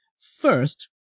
first